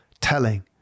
telling